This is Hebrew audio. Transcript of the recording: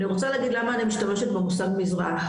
אני רוצה להגיד למה אני משתמשת במושג "מזרח",